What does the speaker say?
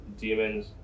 demons